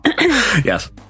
Yes